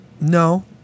No